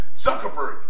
Zuckerberg